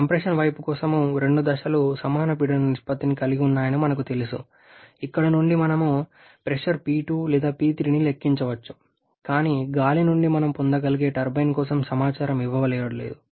compression వైపు కోసం రెండు దశలు సమాన పీడన నిష్పత్తిని కలిగి ఉన్నాయని మనకు తెలుసు ఇక్కడ నుండి మనం ప్రెషర్ P2 లేదా P3ని లెక్కించవచ్చు కానీ గాలి నుండి మనం పొందగలిగే టర్బైన్ కోసం సమాచారం ఇవ్వబడలేదు